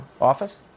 office